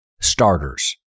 starters